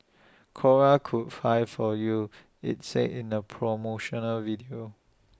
cora could fly for you IT said in A promotional video